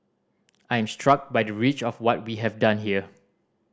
I am struck by the reach of what we have done here